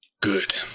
Good